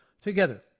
together